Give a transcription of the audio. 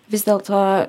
vis dėl to